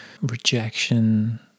rejection